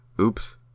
oops